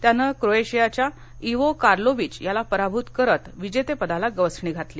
त्यानं क्रोएशियाच्या Ivo Karlovic याला पराभूत करत विजेतेपदाला गवसणी घातली